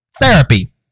therapy